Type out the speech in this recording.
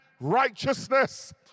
righteousness